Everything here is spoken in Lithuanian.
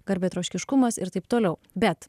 garbėtroškiškumas ir taip toliau bet